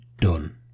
Done